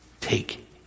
Take